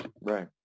Right